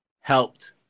helped